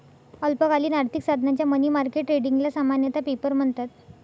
अल्पकालीन आर्थिक साधनांच्या मनी मार्केट ट्रेडिंगला सामान्यतः पेपर म्हणतात